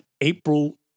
April